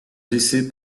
décès